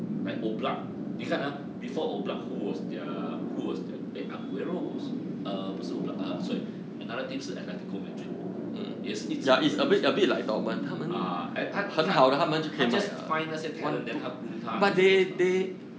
like oblak 你看 ah before oblak who was their who was their eh argiro was err 不是 oblak err sorry another team 是 atletico madrid 也是一直 produce 的 ah eh he ha~ 他 just find 那些 talent then 他 groom 他 until superstar